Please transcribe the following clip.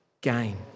gain